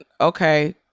Okay